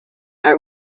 are